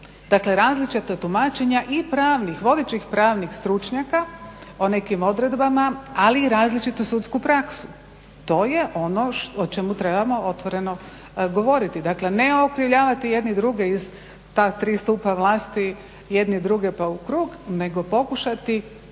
dakle različita tumačenja i pravnih i vodećih pravnih stručnjaka o nekim odredbama ali i različitu sudsku praksu. To je ono o čemu trebamo otvoreno govoriti. Dakle ne okrivljavati jedni druge iz ta tri stupa vlasti jedni druge pa u krug, nego pokušati